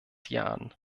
jahren